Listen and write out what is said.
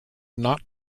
not